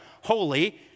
holy